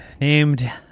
named